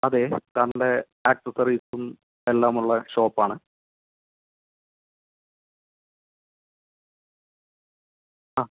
അതേ കാറിൻ്റെ ആക്സെസ്സറീസും എല്ലാം ഉള്ള ഷോപ്പ് ആണ് ആ